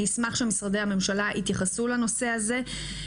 אני אשמח שמשרדי הממשלה יתייחסו לנושא הזה.